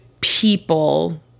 people